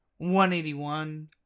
181